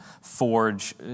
forge